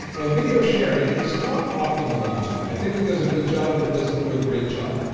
now video sharing is not optimal on zoom. i think it does a good job, but it doesn't do a great job.